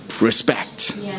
respect